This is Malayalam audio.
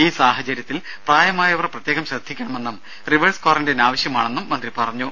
ഈ സാഹചര്യത്തിൽ പ്രായമായവർ പ്രത്യേകം ശ്രദ്ധിക്കണമെന്നും റിവേഴ്സ് ക്വാറന്റൈൻ ആവശ്യമാണെന്നും മന്ത്രി പറഞ്ഞു